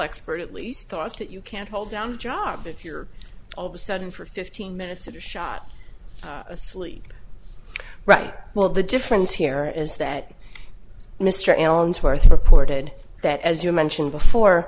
least thought that you can't hold down a job if you're all of a sudden for fifteen minutes at a shot asleep right well the difference here is that mr ellsworth reported that as you mentioned before